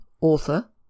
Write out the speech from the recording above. author